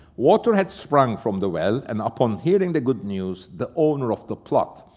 water had sprung from the well, and upon hearing the good news, the owner of the plot,